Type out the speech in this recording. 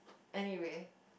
anyway